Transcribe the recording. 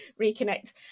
reconnect